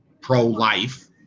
pro-life